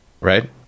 Right